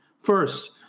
First